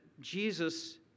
Jesus